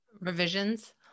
Revisions